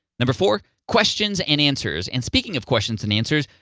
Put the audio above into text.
number four, questions and answers, and speaking of questions and answers,